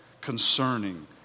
concerning